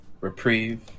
reprieve